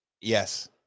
Yes